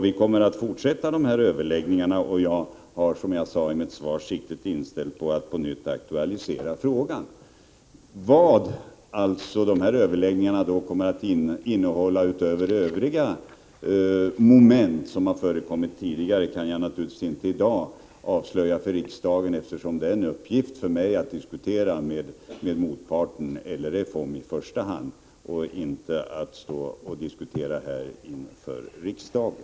Vi kommer att fortsätta överläggningarna, och jag har, som jag sade i svaret, siktet inställt på att på nytt aktualisera frågan. Vad överläggningarna kommer att innehålla utöver övriga moment som förekommit tidigare kan jag naturligtvis inte avslöja i dag för riksdagen, eftersom det är en uppgift för mig att diskutera med motparten LRF i första hand — inte att diskutera här inför riksdagen.